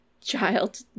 child